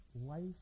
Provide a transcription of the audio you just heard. life